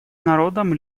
народом